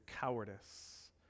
cowardice